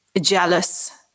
jealous